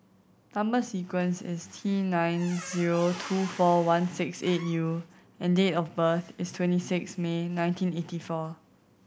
number sequence is T nine zero two four one six eight U and date of birth is twenty six May nineteen eighty four